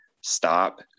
stop